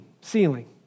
ceiling